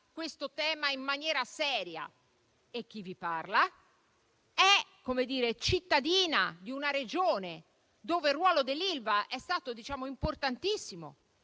questo tema in maniera seria. Chi vi parla è cittadina di una Regione dove il ruolo dell'Ilva è stato importantissimo,